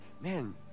man